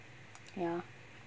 ya